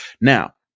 Now